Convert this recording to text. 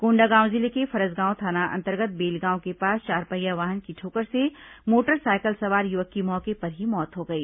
कोंडागांव जिले के फरसगांव थाना अंतर्गत बेलगांव के पास चारपहिया वाहन की ठोकर से मोटरसाइकिल सवार य्वक की मौके पर ही मौत हो गई